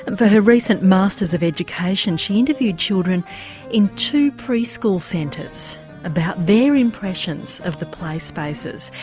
and for her recent masters of education she interviewed children in two preschool centres about their impressions of the play spaces,